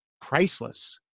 Priceless